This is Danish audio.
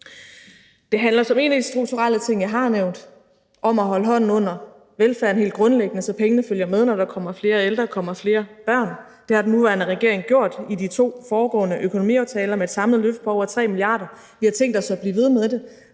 Det handler som en af de strukturelle ting, jeg har nævnt, om helt grundlæggende at holde hånden under velfærden, så pengene følger med, når der kommer flere ældre; når der kommer flere børn. Det har den nuværende regering gjort i de to foregående økonomiaftaler med et samlet løft på over 3 mia. kr. Vi har tænkt os at blive ved med det.